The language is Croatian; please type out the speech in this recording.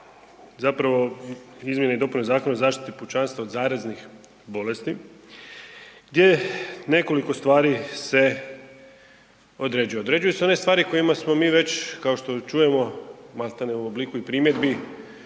zapravo izmjene i dopune Zakona o zaštiti pučanstva od zaraznih bolesti gdje se nekoliko stvari određuje. Određuju se one stvari o kojima smo mi već kao što i čujemo, maltene i u obliku primjedbi